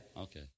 okay